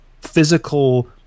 physical